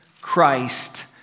Christ